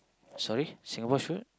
sorry Singapore should